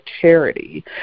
charity